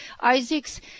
Isaacs